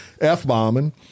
F-bombing